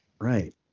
right